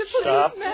Stop